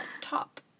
top